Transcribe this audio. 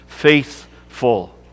faithful